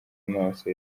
amaso